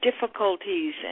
difficulties